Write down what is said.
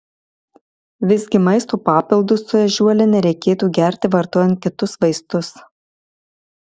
visgi maisto papildus su ežiuole nereikėtų gerti vartojant kitus vaistus